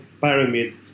pyramid